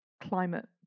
climate